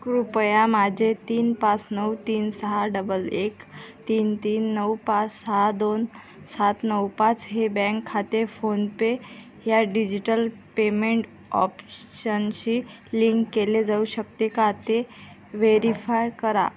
कृपया माझे तीन पाच नऊ तीन सहा डबल एक तीन तीन नऊ पाच सहा दोन सात नऊ पाच हे बँक खाते फोनपे ह्या डिजिटल पेमेंट ऑपशनशी लिंक केले जाऊ शकते का ते व्हेरीफाय करा